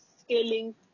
scaling